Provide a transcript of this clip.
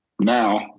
Now